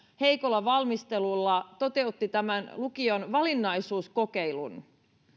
heikolla valmistelulla toteutti myöskin tämän lukion valinnaisuuskokeilun